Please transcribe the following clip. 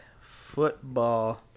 Football